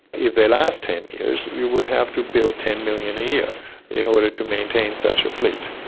if they last ten years you would have to build ten million a year in order to maintain such a fleet.